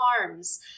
arms